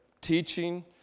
teaching